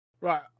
Right